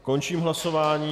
Končím hlasování.